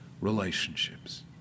relationships